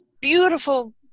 beautiful